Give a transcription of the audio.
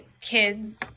kids